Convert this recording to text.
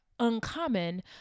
Uncommon